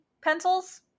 pencils